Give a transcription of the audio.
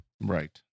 Right